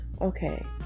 okay